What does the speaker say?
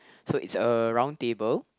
so it's a round table